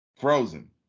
frozen